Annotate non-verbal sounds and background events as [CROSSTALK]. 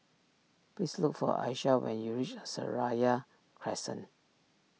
please look for Alysha when you reach [HESITATION] Seraya Crescent